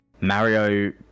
Mario